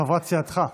חבר הכנסת קושניר,